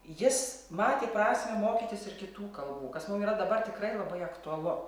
jis matė prasmę mokytis ir kitų kalbų kas mum yra dabar tikrai labai aktualu